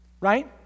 right